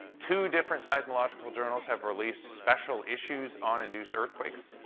two different seismological journals have released special issues on induced earthquakes.